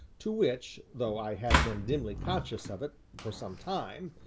to which, though i had been dimly conscious of it for some time,